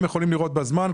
הם יכולים לראות בזמן.